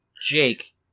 Jake